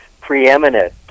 preeminent